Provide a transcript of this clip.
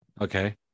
Okay